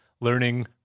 learning